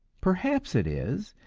perhaps it is,